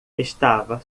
estava